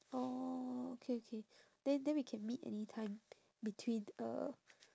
oh okay okay then then we can meet anytime between uh